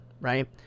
right